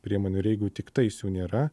priemonių ir jeigu tiktais jų nėra